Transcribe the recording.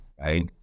right